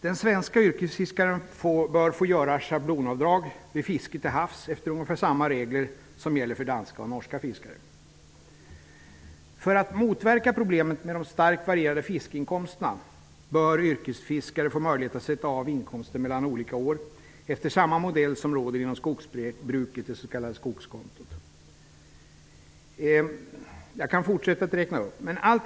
Den svenska yrkesfiskaren bör få göra schablonavdrag vid fiske till havs efter ungefär samma regler som gäller för danska och norska fiskare. För att motverka problemet med de starkt varierande fiskeinkomsterna bör yrkesfiskare få möjlighet att sätta av inkomster mellan olika år efter samma modell som råder inom skogsbruket med det s.k. skogskontot. Jag kan fortsätta att räkna upp olika saker.